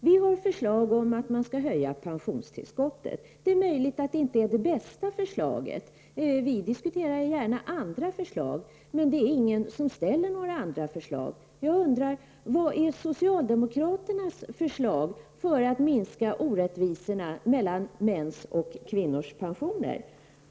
Vi har ett förslag om en höjning av pensionstillskottet. Möjligen är det inte det bästa förslaget. Vi diskuterar gärna andra lösningar. Men ingen kommer med några andra förslag. Jag undrar: Vad är socialdemokraternas förslag när det gäller att minska orättvisorna i fråga om mäns och kvinnors pensioner?